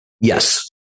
Yes